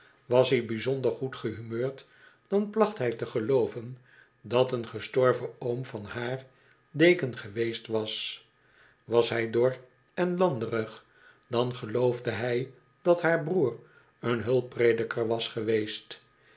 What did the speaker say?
was hij bijzonder goed gehumeurd dan placht hij te gelooven dat een gestorven oom van haar deken geweest was was hij dor en landerig dan geloofde hij dat haar broer een hulpprediker was geweest